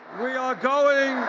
we are going